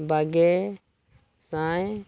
ᱵᱟᱜᱮ ᱥᱟᱭ